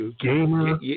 gamer